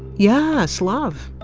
yeah. slav!